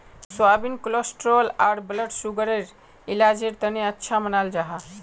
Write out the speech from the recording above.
soybean cholesterol आर blood sugar इलाजेर तने अच्छा मानाल जाहा